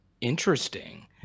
Interesting